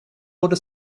wurde